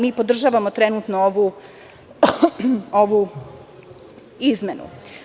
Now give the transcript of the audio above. Mi podržavamo trenutno ovu izmenu.